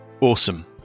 awesome